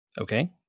Okay